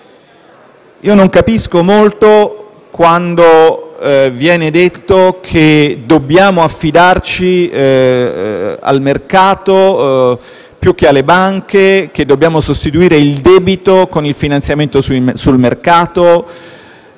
Io non capisco molto quando viene detto che dobbiamo affidarci al mercato più che alle banche e che dobbiamo sostituire il debito con il finanziamento sul mercato.